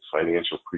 financial